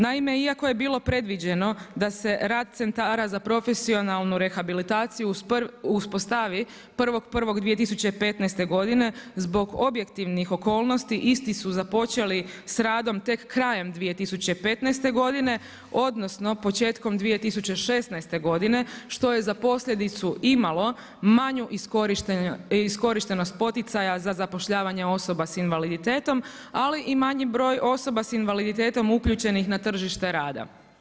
Naime, iako je bilo predviđeno da se rad centara za profesionalnu rehabilitaciju uspostavi 1.1.2015. godine zbog objektivnih okolnosti isti su započeli s radom tek krajem 2015. godine odnosno početkom 2016. godine što je za posljedicu imalo manju iskorištenost poticaja za zapošljavanje osoba sa invaliditetom ali i manji broj osoba s invaliditetom uključenih na tržište rada.